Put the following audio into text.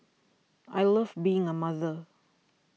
I love being a mother